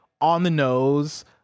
on-the-nose